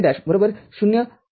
1 0 1